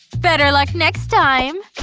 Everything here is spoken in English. better luck next time!